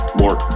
more